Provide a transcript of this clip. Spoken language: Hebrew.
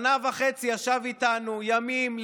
שנה וחצי ישב איתנו ימים,